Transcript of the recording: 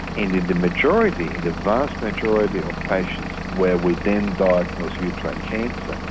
and in the majority, in the vast majority of patients where we then diagnosed uterine cancer,